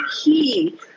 key